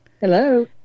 Hello